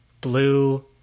blue